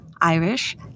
Irish